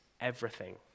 everything